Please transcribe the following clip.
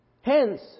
Hence